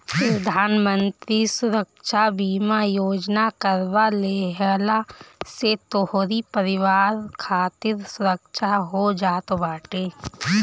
प्रधानमंत्री सुरक्षा बीमा योजना करवा लेहला से तोहरी परिवार खातिर सुरक्षा हो जात बाटे